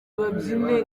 babyine